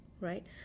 right